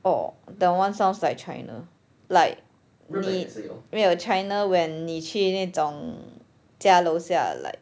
orh that [one] sounds like china like 你没有 china when 你去那种家楼下 like